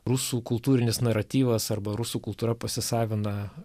rusų kultūrinis naratyvas arba rusų kultūra pasisavina